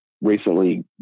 recently